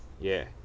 yeah